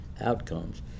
outcomes